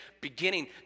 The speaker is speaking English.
beginning